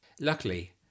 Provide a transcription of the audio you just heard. Luckily